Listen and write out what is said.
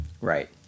Right